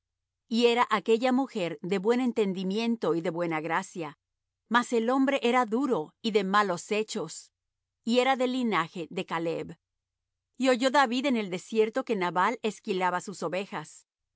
y era aquella mujer de buen entendimiento y de buena gracia mas el hombre era duro y de malos hechos y era del linaje de caleb y oyó david en el desierto que nabal esquilaba sus ovejas